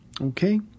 Okay